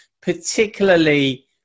particularly